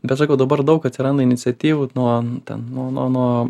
bet sakau dabar daug atsiranda iniciatyvų nuo ten nuo nuo nuo